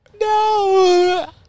No